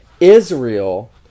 Israel